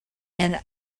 and